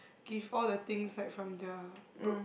give all the things like from their bro~